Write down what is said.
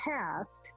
past